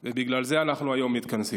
ובגלל זה אנחנו היום מתכנסים.